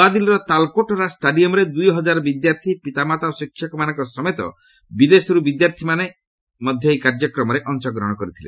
ନ୍ମଆଦିଲ୍ଲୀର ତାଳ୍କୋଟରା ଷ୍ଟାଡିୟମ୍ରେ ଦୂଇ ହଜାର ବିଦ୍ୟାର୍ଥୀ ପିତାମାତା ଓ ଶିକ୍ଷକମାନଙ୍କ ସମେତ ବିଦେଶର୍ ବିଦ୍ୟାର୍ଥୀମାନେ ମଧ୍ୟ ଏହି କାର୍ଯ୍ୟକ୍ରମରେ ଅଂଶଗ୍ରହଣ କରିଛନ୍ତି